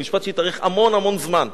זה משפט שהתארך המון זמן.